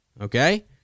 okay